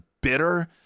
bitter